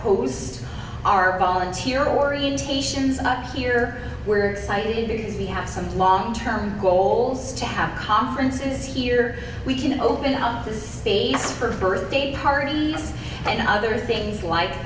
who's our volunteer orientations up here we're excited because we have some long term goals to have conferences here we can open up the space for birthday parties and other things like